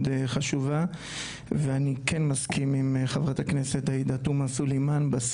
חשובה ואני כן מסכים עם חברת הכנסת עאידה תומא סלימאן טוב